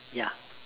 ya